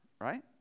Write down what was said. right